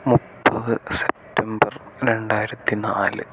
മുപ്പത് സെപ്റ്റംബർ രണ്ടായിരത്തിനാല്